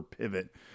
pivot